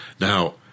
Now